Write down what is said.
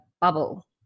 bubble